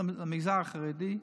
למגזר החרדי,